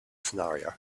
scenario